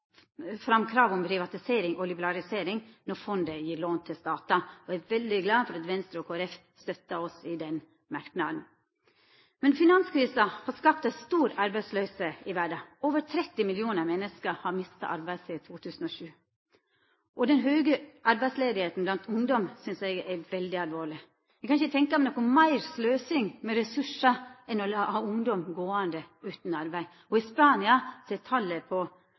fram krav om privatisering og liberalisering når fondet gjev lån til statar, og eg er veldig glad for at Venstre og Kristeleg Folkeparti støttar oss i den merknaden. Men finanskrisa har skapt stor arbeidsløyse i verda. Over 30 millionar menneske har mista arbeidet sidan 2007. Den høge arbeidsløysa blant ungdom synest eg er veldig alvorleg. Eg kan ikkje tenkja meg noko meir sløseri med ressursar enn å ha ungdom gåande utan arbeid. I Spania er talet på